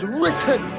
written